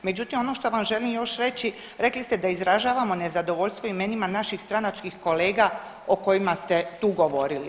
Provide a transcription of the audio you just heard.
Međutim, ono što vam još želim reći rekli ste da izražavamo nezadovoljstvo imenima naših stranačkih kolega o kojima ste tu govorili.